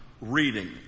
reading